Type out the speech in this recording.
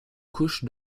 couche